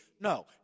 No